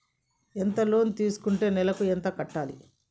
ఎంత లోన్ తీసుకుంటే నెలకు ఎంత కట్టాలి?